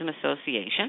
Association